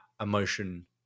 emotion